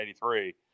1983